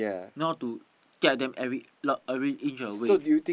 know how to guide them every lot every inch of the way